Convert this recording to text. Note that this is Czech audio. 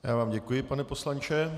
Já vám děkuji, pane poslanče.